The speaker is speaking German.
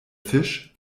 fisch